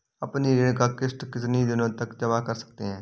अपनी ऋण का किश्त कितनी दिनों तक जमा कर सकते हैं?